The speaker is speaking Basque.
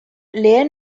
lehen